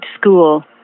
school